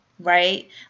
Right